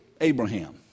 Abraham